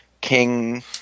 king –